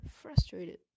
frustrated